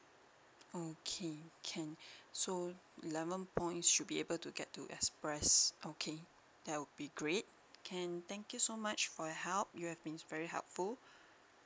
okay can so eleven point should be able to get to express okay that would be great can thank you so much for your help you have been very helpful